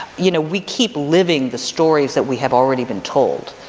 you know, we keep living the stories that we have already been told.